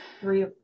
three